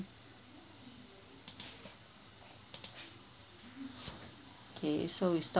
okay so we stop